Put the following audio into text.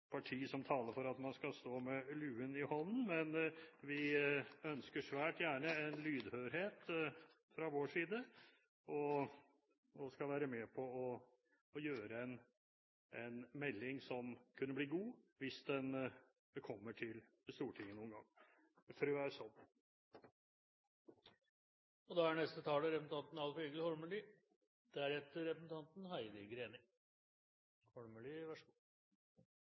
parti som taler for at man skal stå med luen i hånden, men vi ønsker svært gjerne en lydhørhet fra vår side og skal være med på å gjøre en melding som kan bli god, hvis den kommer til Stortinget noen gang. Frøet er sådd. Sosialistisk Venstreparti har lang tradisjon for å hjelpe dei smålåtne, så